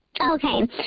Okay